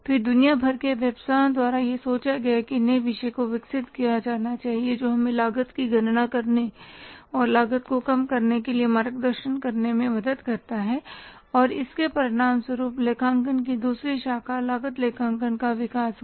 फिर दुनिया भर के व्यवसायों द्वारा यह सोचा गया कि नए विषय को विकसित किया जाना चाहिए जो हमें लागत की गणना करने और लागत को कम करने के लिए मार्गदर्शन करने में मदद करता है और इसके परिणामस्वरूप लेखांकन की दूसरी शाखा लागत लेखांकन का विकास हुआ